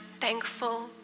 thankful